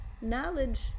Knowledge